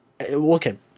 Okay